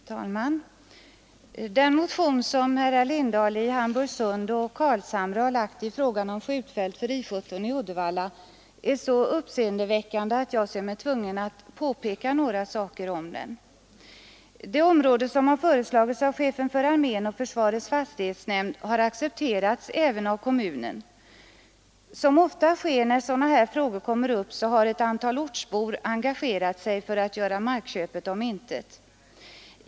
Herr talman! Den motion som herrar Lindahl i Hamburgsund och Carlshamre väckt i frågan om skjutfält för I 17 i Uddevalla är så uppseendeväckande, att jag ser mig tvungen att påpeka några saker. Det område som föreslagits av chefen för armén och försvarets fastighetsnämnd har accepterats även av kommunen. Som ofta sker när sådana här frågor kommer upp så har ett antal ortsbor engagerat sig för att göra markköpet om intet.